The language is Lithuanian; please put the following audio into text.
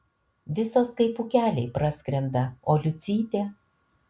visos kaip pūkeliai praskrenda o liucytė